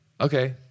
okay